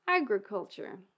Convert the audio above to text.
agriculture